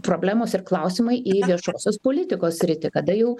problemos ir klausimai į viešosios politikos sritį kada jau